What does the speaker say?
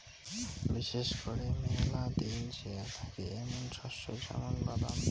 বিশেষ করি মেলা দিন জিয়া থাকি এ্যামুন শস্য য্যামুন বাদাম